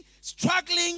struggling